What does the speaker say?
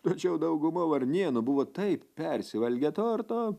tačiau dauguma varnėnų buvo taip persivalgę torto